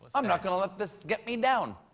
i'm not going to let this get me down.